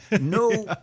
no